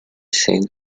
seen